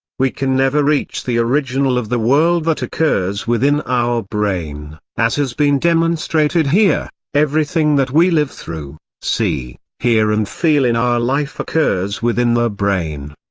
we can never reach the original of the world that occurs within our brain as has been demonstrated here, everything that we live through, see, hear hear and feel in our life occurs within the brain.